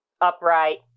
upright